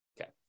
Okay